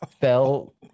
fell